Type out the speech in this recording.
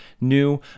new